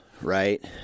right